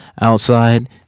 outside